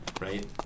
right